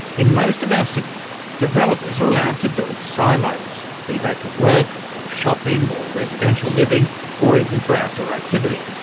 in most of our cities developers are allowed to build siloes, be they for work or shopping or residential living or even for outdoor activity.